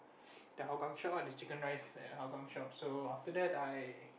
the Hougang shop ah the chicken rice at Hougang shop so after that I